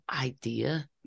idea